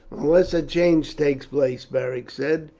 unless a change takes place, beric said,